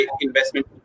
Investment